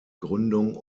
gründung